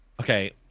Okay